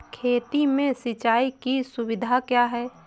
खेती में सिंचाई की सुविधा क्या है?